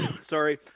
sorry